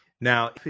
Now